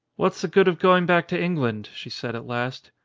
what's the good of going back to england? she said at last.